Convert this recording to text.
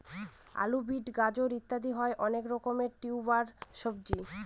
আলু, বিট, গাজর ইত্যাদি হয় অনেক রকমের টিউবার সবজি